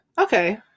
Okay